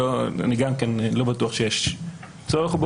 גם אני לא בטוח שיש בו צורך,